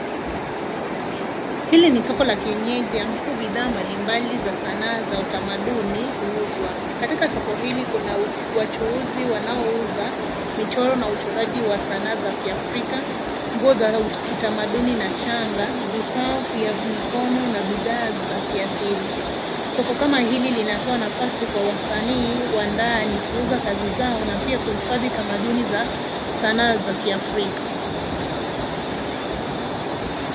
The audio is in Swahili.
Hili ni soko la kienyeji ambapo bidhaa mbalimbali za sanaa za utamaduni huuzwa katika soko hili kuna wachuuzi wanao uza michoro na uchoraji wa sanaa za kiafrika, nguo za kitamaduni na shanga vifaa vya mikono na bidhaa za kiasili. Soko kama hili lina toa nafasi kwa wasani wa ndani kuuza kazi zao na pia kuhifadhi tamaduni za sanaa za kiafrika.